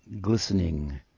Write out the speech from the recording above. glistening